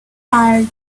tired